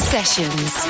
Sessions